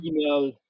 email